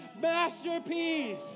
masterpiece